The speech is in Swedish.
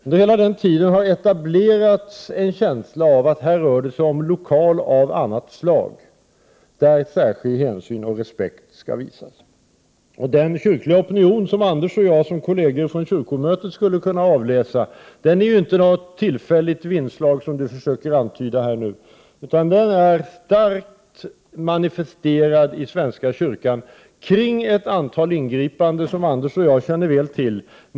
Det har under den tiden etablerats en känsla av att det rör sig om en lokal av ett annat slag där särskild hänsyn och respekt skall visas. Den kyrkliga opinion som Anders Svärd och jag som kolleger från kyrkomötet skulle kunna avläsa är inte någon tillfällig ändring av vindriktning, vilket Anders Svärd här försöker antyda. Den opinionen är starkt manifesterad i den svenska kyrkan när det gäller ett antal ingripanden som Anders Svärd och jag väl känner till.